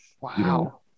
Wow